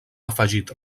afegit